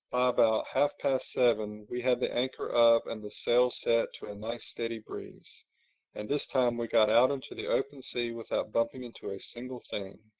about half past seven we had the anchor up and the sails set to a nice steady breeze and this time we got out into the open sea without bumping into a single thing.